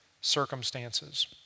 circumstances